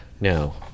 no